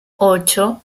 ocho